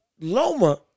Loma